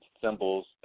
symbols